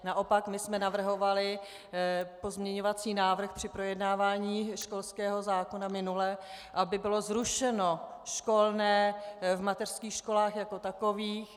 Naopak my jsme navrhovali pozměňovací návrh při projednávání školského zákona minule, aby bylo zrušeno školné v mateřských školách jako takových.